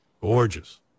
Gorgeous